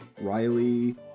Riley